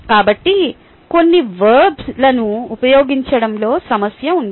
కాబట్టి కొన్ని వర్బ్లను ఉపయోగించడంలో సమస్య ఉంది